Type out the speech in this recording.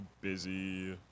busy